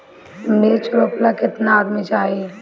मिर्च रोपेला केतना आदमी चाही?